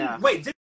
Wait